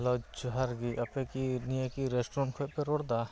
hello ᱡᱚᱦᱟᱨᱜᱮ ᱟᱯᱮᱠᱤ ᱱᱤᱭᱟᱹᱠᱤ ᱨᱮᱥᱴᱩᱨᱮᱱᱴ ᱠᱷᱚᱱᱯᱮ ᱨᱚᱲᱮᱫᱟ